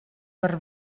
per